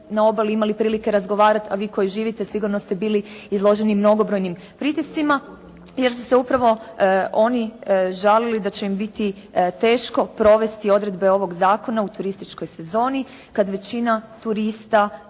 na obali imali prilike razgovarati. A vi koji živite sigurno ste bili izloženi mnogobrojnim pritiscima, jer su se upravo oni žalili da će im biti teško provesti odredbe ovog zakona u turističkoj sezoni kada većina turista